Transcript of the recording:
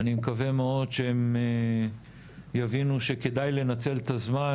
אני מקווה מאוד שהם יבינו שכדאי לנצל את הזמן